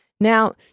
Now